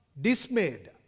dismayed